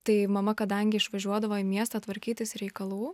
tai mama kadangi išvažiuodavo į miestą tvarkytis reikalų